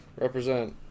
represent